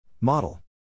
Model